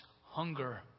hunger